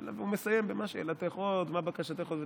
הוא מסיים במה שאלתך עוד, "ומה בקשתך עוד ותעש".